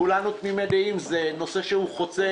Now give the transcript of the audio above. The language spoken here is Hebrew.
כולנו תמימי דעים בנושא הזה, זה נושא חוצה